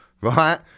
Right